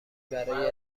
برای